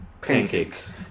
Pancakes